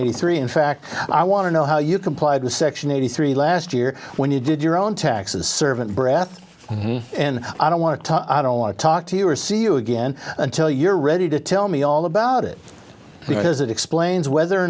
eighty three in fact i want to know how you complied with section eighty three last year when you did your own taxes servant breath and i don't want to i don't want to talk to you or see you again until you're ready to tell me all about it because it explains whether or